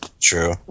true